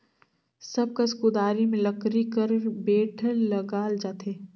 सब कस कुदारी मे लकरी कर बेठ लगाल जाथे